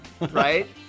right